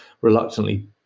reluctantly